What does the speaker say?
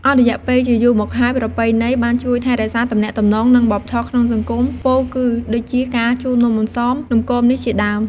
អស់រយៈពេលជាយូរមកហើយ ប្រពៃណីបានជួយថែរក្សាទំនាក់ទំនង និងវប្បធម៌ក្នុងសង្គម ពោលគឺដូចជាការជូននំអន្សម នំគមនេះជាដើម។